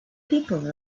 people